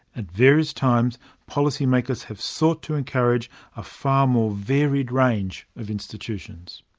at various times policymakers have sought to encourage a far more varied range of institutions.